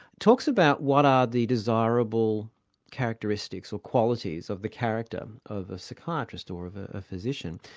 talks about what are the desirable characteristics or qualities of the character of a psychiatrist or of of a physician.